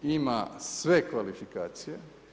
Ima sve kvalifikacije.